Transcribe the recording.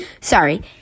Sorry